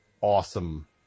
awesome